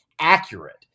accurate